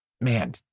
man